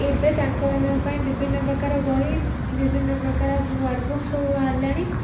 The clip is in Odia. ଏବେ ତାଙ୍କମାନଙ୍କ ପାଇଁ ବିଭିନ୍ନ ପ୍ରକାର ବହି ବିଭିନ୍ନ ପ୍ରକାର ୱାର୍ଡ଼ ବୁକ୍ ସବୁ ବାହାରିଲାଣି